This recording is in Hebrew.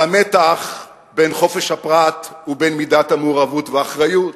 על המתח בין חופש הפרט ובין מידת המעורבות והאחריות,